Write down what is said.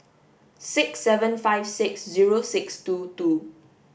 six seven five six zero six two two